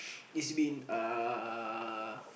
it's been uh